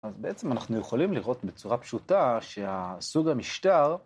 אז בעצם אנחנו יכולים לראות בצורה פשוטה שהסוג המשטר